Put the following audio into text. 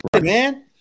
man